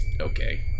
Okay